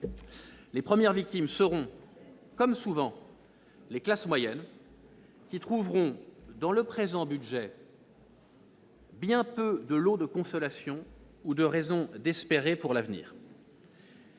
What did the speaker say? les premières victimes seront, comme souvent, les classes moyennes, qui trouveront dans le présent budget bien peu de lots de consolation ou de raisons d'espérer pour l'avenir.